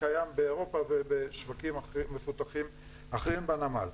קיים באירופה ובשווקים מפותחים אחרים בנמל.